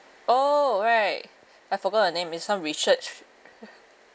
oh right I forgot the name it's some richards